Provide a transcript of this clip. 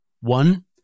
One